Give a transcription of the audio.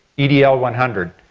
yeah edl one hundred.